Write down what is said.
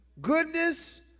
goodness